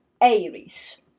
Aries